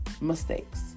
mistakes